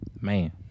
Man